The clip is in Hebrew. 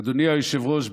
אדוני היושב-ראש,